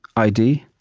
id?